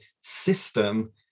system